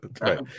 right